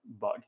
bug